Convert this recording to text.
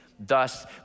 Thus